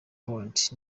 point